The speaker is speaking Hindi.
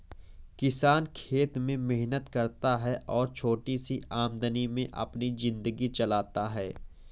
किसान खेत में मेहनत करता है और छोटी सी आमदनी में अपनी जिंदगी चलाता है